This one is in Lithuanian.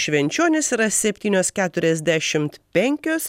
švenčionis yra septynios keturiasdešimt penkios